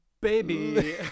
baby